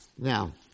Now